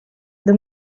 the